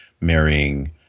marrying